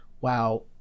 wow